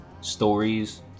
stories